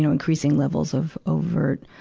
increasing levels of overt